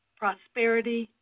prosperity